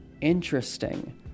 Interesting